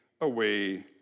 away